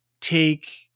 take